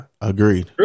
agreed